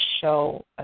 show